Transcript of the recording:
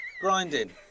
grinding